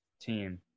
team